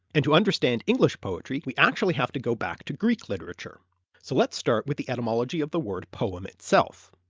and to understand english poetry, we actually have to go back to greek literature so let's start with the etymology of the word poem itself.